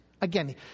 Again